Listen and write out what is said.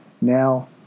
Now